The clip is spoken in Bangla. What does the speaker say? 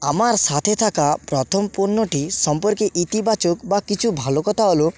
আমার সাথে থাকা প্রথম পণ্যটি সম্পর্কে ইতিবাচক বা কিছু ভালো কথা হল